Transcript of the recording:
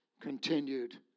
continued